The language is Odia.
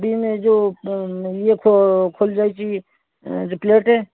ବିମ୍ ଯେଉଁ ଇଏ ଖୋଲିଯାଇଛି ପ୍ଲେଟ୍